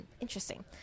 Interesting